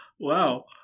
Wow